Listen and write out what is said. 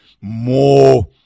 more